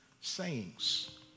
sayings